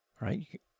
right